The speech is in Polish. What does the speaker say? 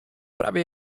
prawie